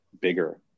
bigger